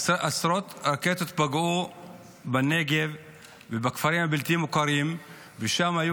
עשרות רקטות פגעו בנגב ובכפרים הבלתי-מוכרים ושם היו